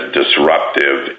disruptive